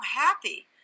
happy